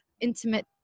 intimate